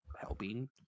helping